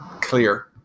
clear